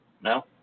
No